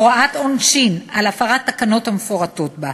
הוראת עונשין על הפרת התקנות המפורטות בה.